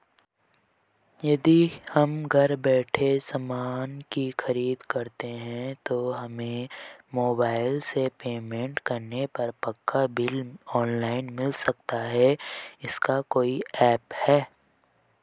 यदि हम घर बैठे सामान की खरीद करते हैं तो हमें मोबाइल से पेमेंट करने पर पक्का बिल ऑनलाइन मिल सकता है इसका कोई ऐप है